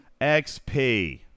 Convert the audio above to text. XP